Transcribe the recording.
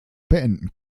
beenden